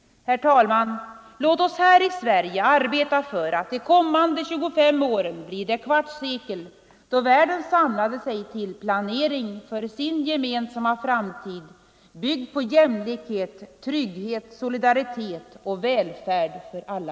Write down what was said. Herr talman! Låt oss här i Sverige arbeta för att de kommande 25 åren blir det kvartssekel då världen samlade sig till planering för sin gemensamma framtid, byggd på jämlikhet, trygghet, solidaritet och välfärd för alla.